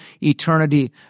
eternity